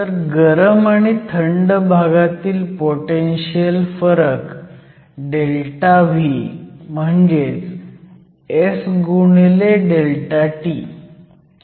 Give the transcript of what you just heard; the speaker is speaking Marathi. तर गरम आणि थंड भागातील पोटेनशीयल फरक ΔV म्हणजेच S x ΔT